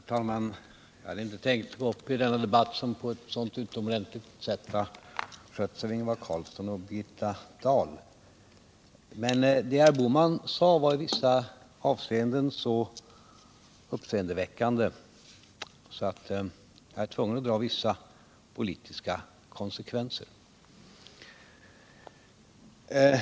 Herr talman! Jag hade inte tänkt gå upp i denna debatt som på ett så utomordentligt sätt har skötts av Ingvar Carlsson och Birgitta Dahl. Men det herr Bohman sade var i vissa avseenden så uppseendeväckande att jag är tvungen att dra vissa politiska konsekvenser.